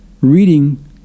reading